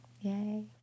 yay